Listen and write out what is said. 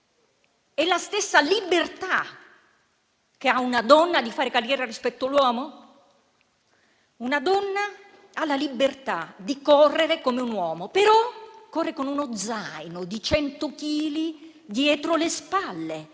è la stessa libertà che ha una donna di fare carriera rispetto ad un uomo? Una donna ha la libertà di correre come un uomo, però corre con uno zaino di 100 chili dietro le spalle,